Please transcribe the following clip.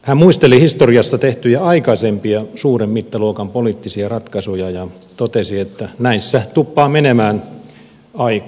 hän muisteli historiassa tehtyjä aikaisempia suuren mittaluokan poliittisia ratkaisuja ja totesi että näissä tuppaa menemään aikaa